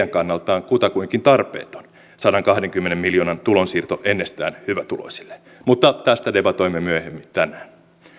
kannaltaan kutakuinkin tarpeeton sadankahdenkymmenen miljoonan tulonsiirto ennestään hyvätuloisille mutta tästä debatoimme myöhemmin tänään